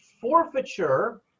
forfeiture